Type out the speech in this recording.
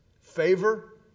favor